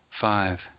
Five